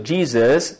Jesus